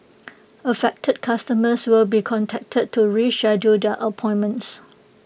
affected customers will be contacted to reschedule their appointments